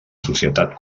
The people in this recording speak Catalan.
societat